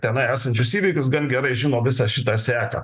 tenai esančius įvykius gan gerai žino visą šitą seką